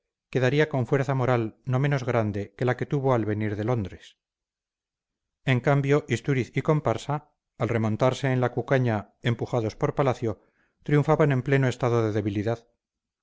quedaría con fuerza moral no menos grande que la que tuvo al venir de londres en cambio istúriz y comparsa al remontarse en la cucaña empujados por palacio triunfaban en pleno estado de debilidad